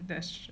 that's true